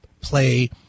play